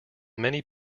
many